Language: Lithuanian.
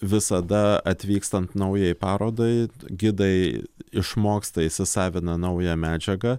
visada atvykstant naujai parodai gidai išmoksta įsisavina naują medžiagą